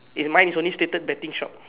mine is only stated betting shop